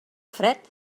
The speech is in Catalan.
fred